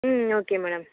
ம் okay madam